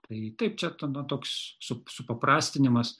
tai taip čia tada toks su supaprastinimas